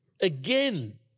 Again